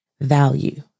value